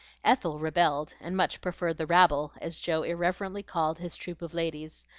ethel rebelled, and much preferred the rabble, as joe irreverently called his troop of ladies,